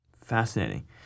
Fascinating